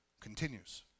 continues